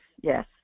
yes